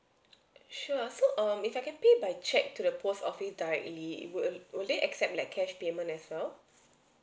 sure so um if I can pay by cheque to the post office directly would will they accept like cash payment as well